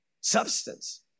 substance